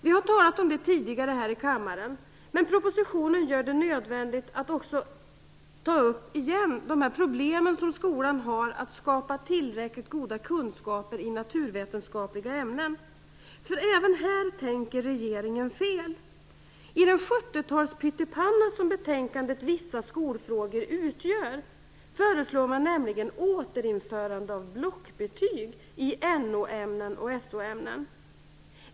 Vi har tidigare här i kammaren talat om detta här i kammaren, men propositionen gör det nödvändigt att återigen ta upp de problem som skolan har att skapa tillräckligt goda kunskaper i naturvetenskapliga ämnen. Även här tänker regeringen fel. I den 70-talspyttipanna som betänkandet Vissa skolfrågor utgör föreslår man nämligen återinförande av blockbetyg i NO och SO-ämnen.